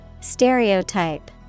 stereotype